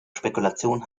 spekulation